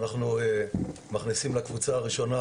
ואנחנו מכניסים לקבוצה הראשונה